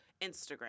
Instagram